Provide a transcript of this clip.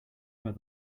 where